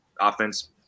offense